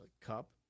cup